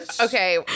Okay